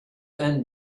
and